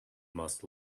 must